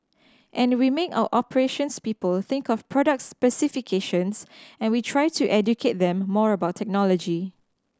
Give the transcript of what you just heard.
and we make our operations people think of product specifications and we try to educate them more about technology